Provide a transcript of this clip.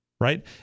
right